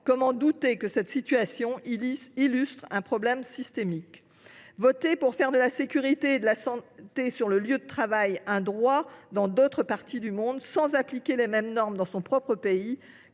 comment douter que cette situation n’est pas le révélateur d’un problème systémique ? Voter pour faire de la sécurité et de la santé sur le lieu de travail un droit dans d’autres parties du monde sans appliquer les mêmes normes dans son propre pays